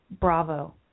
bravo